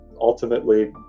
Ultimately